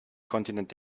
kontinent